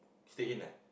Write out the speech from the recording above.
stay in eh